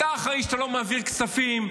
אתה אחראי שאתה לא מעביר כספים,